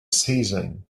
season